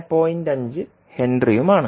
5 ഹെൻറിയുമാണ്